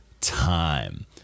time